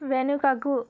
వెనుకకు